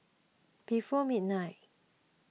before midnight